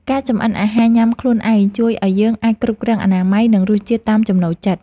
ការចម្អិនអាហារញ៉ាំខ្លួនឯង ជួយឱ្យយើងអាចគ្រប់គ្រងអនាម័យ និងរសជាតិតាមចំណូលចិត្ត។